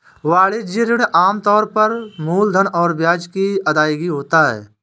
वाणिज्यिक ऋण आम तौर पर मूलधन और ब्याज की अदायगी होता है